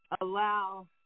allow